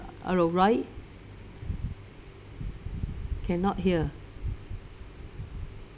hello roy cannot hear